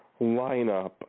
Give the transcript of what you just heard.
lineup